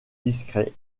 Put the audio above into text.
discret